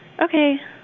Okay